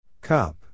Cup